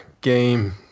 game